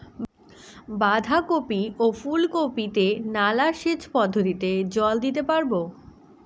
বাধা কপি ও ফুল কপি তে কি নালা সেচ পদ্ধতিতে জল দিতে পারবো?